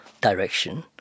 direction